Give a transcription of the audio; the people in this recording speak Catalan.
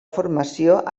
formació